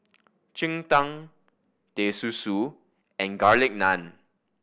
cheng tng Teh Susu and Garlic Naan